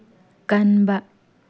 ꯀꯟꯕ